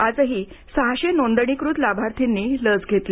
आजही सहाशे नोंदणीकृत लाभार्थींनी लस घेतली